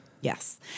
Yes